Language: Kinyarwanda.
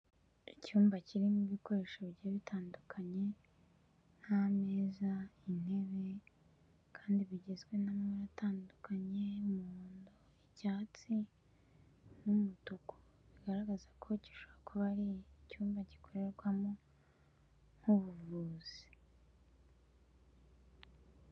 Icyumba kirimo ibikoresho bigiye bitandukanye nk'ameza, Intebe, kandi bigizwe n'amabara atandukanye yumuhondo, icyatsi n'umutuku bigaragaza ko gishobora kuba ari icyumba gikorerwamo nk'ubuvuzi.